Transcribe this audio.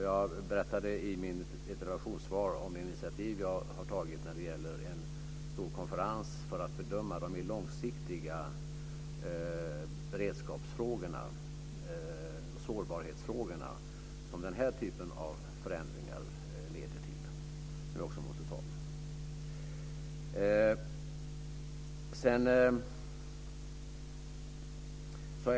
Jag berättade i mitt interpellationssvar om det initiativ jag har tagit när det gäller en stor konferens för att bedöma de mer långsiktiga beredskaps och sårbarhetsfrågorna som den här typen av förändringar leder till.